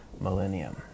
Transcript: millennium